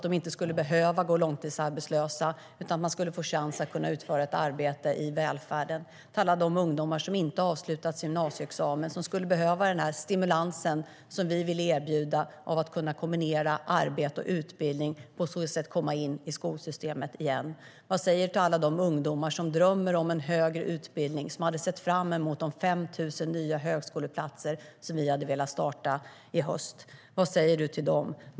De skulle inte behöva gå långtidsarbetslösa utan skulle få chans att utföra ett arbete i välfärden. Vad säger du till alla de ungdomar som inte har avslutat sin gymnasieutbildning och som skulle behöva den stimulans som vi vill erbjuda i form av att man ska kunna kombinera arbete och utbildning och på så sätt komma in i skolsystemet igen? Vad säger du till alla de ungdomar som drömmer om en högre utbildning och som hade sett fram emot de 5 000 nya högskoleplatser som vi hade velat starta i höst? Vad säger du till dem?